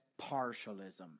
partialism